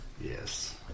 Yes